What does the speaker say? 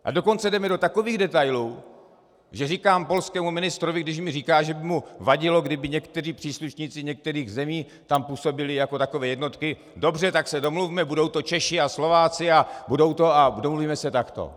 A dokonce jdeme do takových detailů, že říkám polskému ministrovi, když mi říká, že by mu vadilo, kdyby někteří příslušníci některých zemí tam působili jako takové jednotky: Dobře, tak se domluvme, budou to Češi a Slováci a domluvíme se takto.